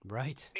right